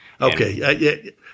okay